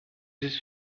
ist